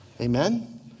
Amen